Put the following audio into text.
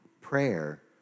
Prayer